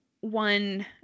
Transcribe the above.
one